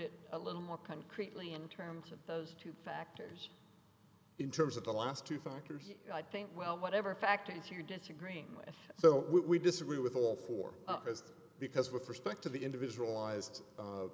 it a little more concretely in terms of those two factors in terms of the last two factors i think well whatever factors you're disagreeing with so we disagree with all four up is because with respect to the individualized